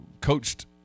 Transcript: coached